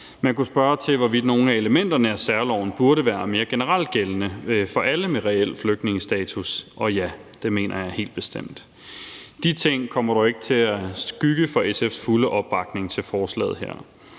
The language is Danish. Man kunne spørge til, hvorvidt nogle af elementerne af særloven burde være mere generelt gældende for alle med reel flygtningestatus, og ja, det mener jeg helt bestemt. De ting kommer dog ikke til at skygge for SF's fulde opbakning til forslaget her.